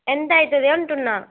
ఎంత అవుతుంది అంటున్నాను